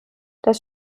das